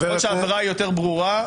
ככל שהעבירה יותר ברורה,